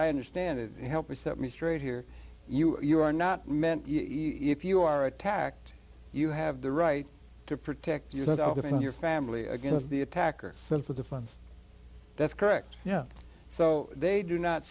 i understand it help or set me straight here you are not meant if you are attacked you have the right to protect yourself and your family again of the attacker since with the funds that's correct yeah so they do not